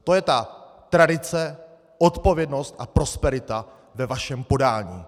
To je ta TradiceOdpovědnostProsperita ve vašem podání.